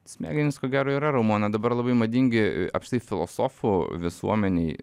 smegenys ko gero yra raumuo na dabar labai madingi apsktai filosofo visuomenėj